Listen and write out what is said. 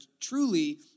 truly